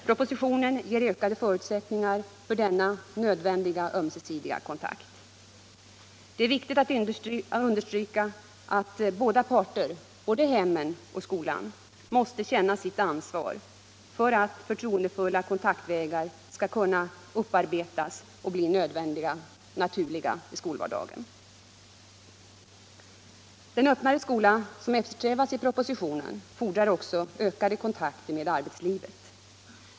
Propositionen ger ökade förutsättningar för denna nödvändiga ömsesidiga kontakt. Men det är viktigt att understryka att båda parter — både hemmen och skolan — måste känna sitt ansvar för att förtroendefulla kontaktvägar skall kunna upparbetas och bli nödvändiga och naturliga i skolvardagen. Den öppnare skola som eftersträvas i propositionen fordrar också ökade kontakter med arbetslivet.